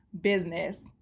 business